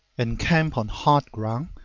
and camp on hard ground,